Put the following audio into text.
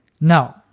no